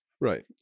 Right